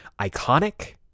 iconic